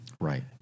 Right